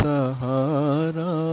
Sahara